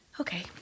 Okay